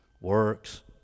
works